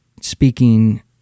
speaking